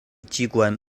机关